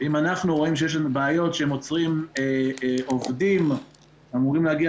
אם אנחנו רואים שיש בעיות שהם עוצרים עובדים שאמורים להגיע